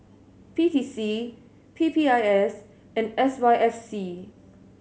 P T C P P I S and S Y F C